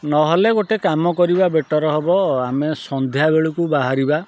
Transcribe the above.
ନହେଲେ ଗୋଟେ କାମ କରିବା ବେଟର୍ ହବ ଆମେ ସନ୍ଧ୍ୟା ବେଳକୁ ବାହାରିବା